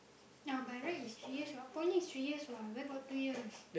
now by right is three years poly is three years what where got two years